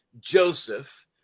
Joseph